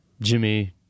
Jimmy